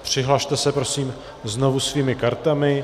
Přihlaste se prosím znovu svými kartami.